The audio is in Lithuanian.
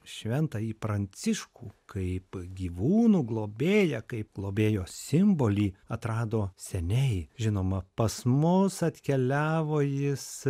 šventąjį pranciškų kaip gyvūnų globėją kaip globėjo simbolį atrado seniai žinoma pas mus atkeliavo jis